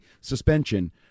suspension